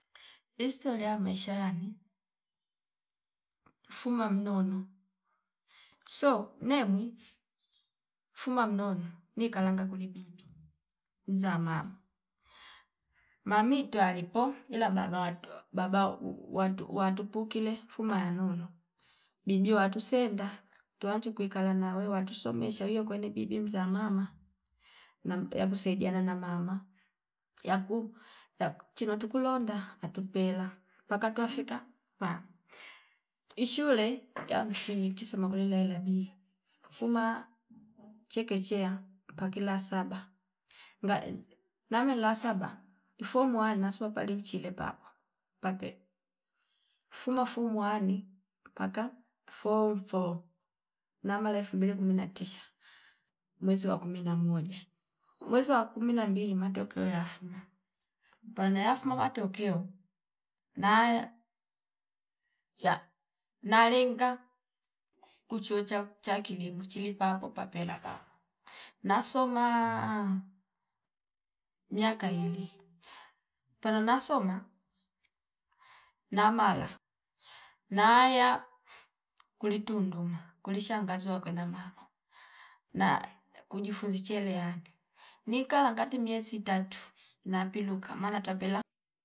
Istolia ya maisha yani fuma mnono so nemwi fuma mnono ni kangala kuli bimbi uza mama mamito alipo ila baba twa baba uu- watu- watu- watupukile fuma anyunyu bidi watusenda tuwanju kwikala nawe wanju somesha iyo kwene bibi mzaa mama nam yakusaidiana na mama yaku- yaku chino tukulonda yatupela paka twafika mpani ishule ya msingi ichi soma kuli lailabi fuma chekechea paki la saba nga- ngame la saba ifomwa nasoma paliuchile paapwa pape fuma fumu wani paka foom foo namala elfu mbili kumi na tisa mwezi wa kumi na moja, mwezi wa kumi na mbili matokeo yafuma pano yafuma matokeo naya ya naliinga kuuchocha cha kilimo chilapa upapale kaa nasoma miaka iili pano nasoma namala naya kuli Tunduma kuli shangazi wakwena mama na kujifunzi cherehani nika alangati miezi itatu inapiluka mala tapela